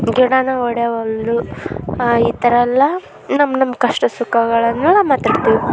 ಗಿಡಾನೂ ಒಡಿಯೋವಲ್ದು ಈ ಥರ ಎಲ್ಲ ನಮ್ಮ ನಮ್ಮ ಕಷ್ಟ ಸುಖಗಳನ್ನೆಲ್ಲ ಮಾತಾಡ್ತೀವಿ